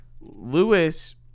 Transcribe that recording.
Lewis